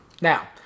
Now